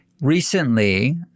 Recently